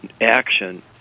action